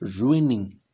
ruining